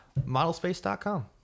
modelspace.com